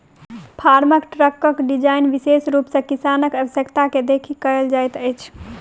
farm ट्रकक design विशेष रूप सॅ किसानक आवश्यकता के देखि कयल जाइत अछि